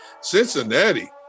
Cincinnati